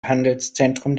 handelszentrum